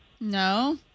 No